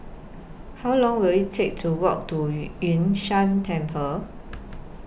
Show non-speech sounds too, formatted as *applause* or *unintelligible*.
How Long Will IT Take to Walk to *unintelligible* Yun Shan Temple